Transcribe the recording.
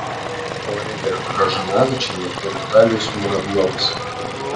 aurelija kržanavičienė ir vitalijus muravjovas